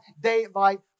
daylight